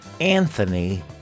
Anthony